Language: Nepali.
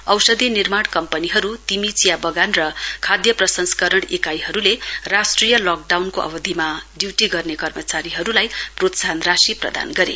औषधि निर्माण कम्पनीहरू तिमी चिया बगान र खाद्य प्रसंस्करण इकाईहरूले राष्ट्रिय लकडाउनको अवधिमा ड्युटी गर्ने कर्मचारीहरूलाई प्रोत्साहन राशि प्रदान गरे